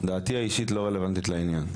דעתי האישית לא רלוונטית לעניין.